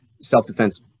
self-defense